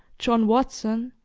john watson,